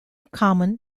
common